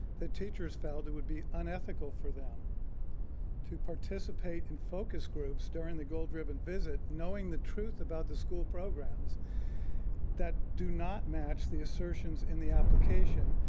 the teachers felt it would be unethical for them to participate in focus groups during the gold ribbon visit knowing that the truth about the school programs that do not match the assertions in the application,